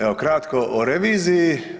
Evo kratko o reviziji.